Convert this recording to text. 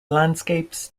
landscapes